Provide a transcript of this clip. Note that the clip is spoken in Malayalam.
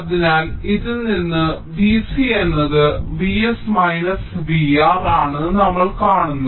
അതിനാൽ ഇതിൽ നിന്ന് V c എന്നത് V s minus V R ആണെന്ന് നമ്മൾ കാണുന്നു